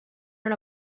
una